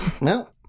No